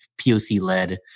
Poc-led